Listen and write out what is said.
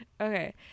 Okay